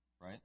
right